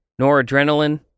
noradrenaline